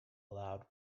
allowed